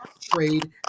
trade